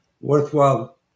worthwhile